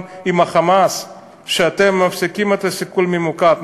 עם ה"חמאס" שאתם מפסיקים את הסיכול הממוקד.